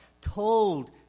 told